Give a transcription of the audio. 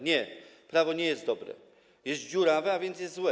Nie, prawo nie jest dobre, jest dziurawe, a więc jest złe.